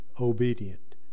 obedient